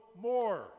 more